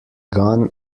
gunn